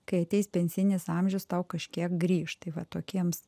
kai ateis pensinis amžius tau kažkiek grįš tai va tokiems